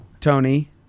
Tony